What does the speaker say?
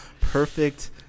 perfect